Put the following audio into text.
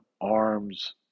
arms